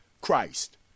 Christ